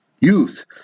youth